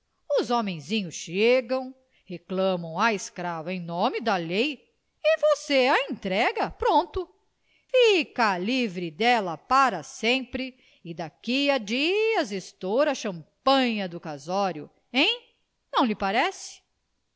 os homenzinhos chegam reclamam a escrava em nome da lei e você a entrega pronto fica livre dela para sempre e daqui a dias estoura o champanha do casório hein não lhe parece